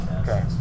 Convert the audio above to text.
Okay